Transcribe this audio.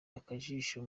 akajisho